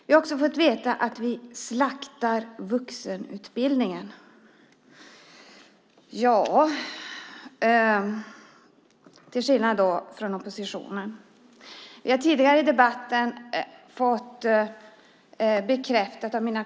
Vi har också fått höra att vi, till skillnad från oppositionen, slaktar vuxenutbildningen.